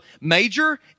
major